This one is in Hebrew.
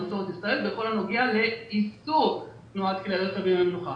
במסורת ישראל בכל הנוגע לאיסור תנועת כלי רכב בימי מנוחה.